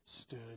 stood